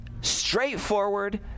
straightforward